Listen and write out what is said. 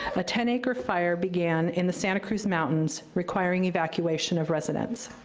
um a ten acre fire began in the santa cruz mountains, requiring evacuation of residents.